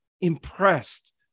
impressed